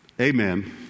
Amen